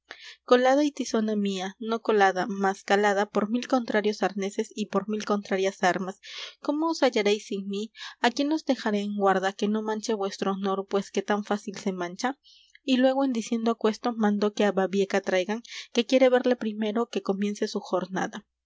colada y tizona mía no colada mas calada por mil contrarios arneses y por mil contrarias armas cómo os hallaréis sin mí á quién os dejaré en guarda que no manche vuestro honor pues que tan fácil se mancha y luégo en diciendo aquesto mandó que á babieca traigan que quiere verle primero que comience su jornada